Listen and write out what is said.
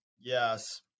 Yes